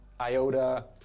IOTA